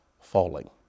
falling